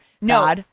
no